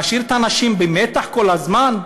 להשאיר את האנשים במתח כל הזמן,